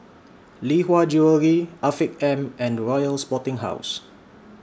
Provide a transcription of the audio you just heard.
Lee Hwa Jewellery Afiq M and Royal Sporting House